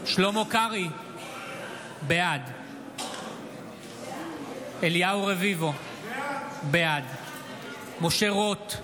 בעד אליהו רביבו, בעד משה רוט,